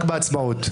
רק בהצבעות.